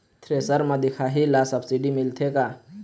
Thresher म दिखाही ला सब्सिडी मिलथे का?